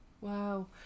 wow